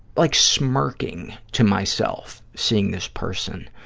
like smirking to myself, seeing this person,